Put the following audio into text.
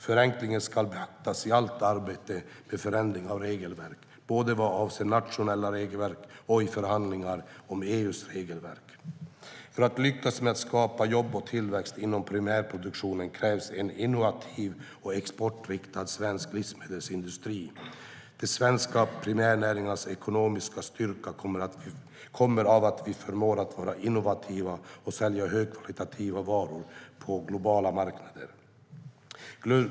Förenkling ska beaktas i allt arbete med förändring av regelverk, både vad avser nationella regelverk och i förhandlingar om EU:s regelverk. För att lyckas med att skapa jobb och tillväxt inom primärproduktionen krävs en innovativ och exportinriktad svensk livsmedelsindustri. De svenska primärnäringarnas ekonomiska styrka kommer av att vi förmår att vara innovativa och säljer högkvalitativa varor på globala marknader.